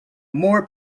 more